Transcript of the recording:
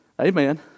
Amen